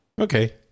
Okay